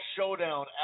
Showdown